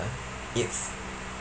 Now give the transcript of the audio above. it's